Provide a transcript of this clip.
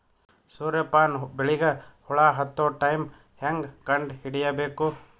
ಸೂರ್ಯ ಪಾನ ಬೆಳಿಗ ಹುಳ ಹತ್ತೊ ಟೈಮ ಹೇಂಗ ಕಂಡ ಹಿಡಿಯಬೇಕು?